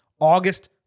August